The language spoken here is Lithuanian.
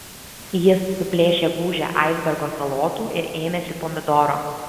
jis suplėšė gūžę aisbergo salotų ir ėmėsi pomidoro